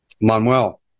Manuel